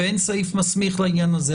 ואין סעיף מסמיך לעניין הזה,